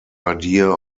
idea